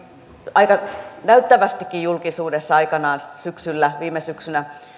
aika näyttävästikin julkisuudessa aikanaan syksyllä viime syksynä